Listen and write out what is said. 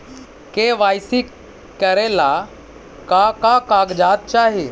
KYC करे ला का का कागजात चाही?